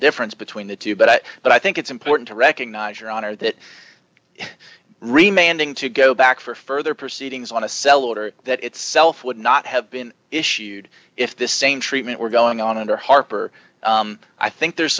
difference between the two but but i think it's important to recognize your honor that the remaining two go back for further proceedings on a cell order that itself would not have been issued if the same treatment were going on under harper i think there's